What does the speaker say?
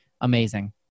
amazing